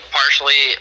partially